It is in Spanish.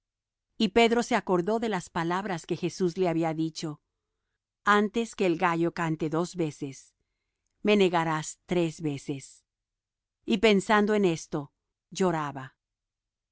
y pedro se acordó de las palabras que jesús le había dicho antes que el gallo cante dos veces me negarás tres veces y pensando en esto lloraba